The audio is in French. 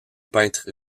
peintre